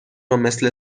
مثل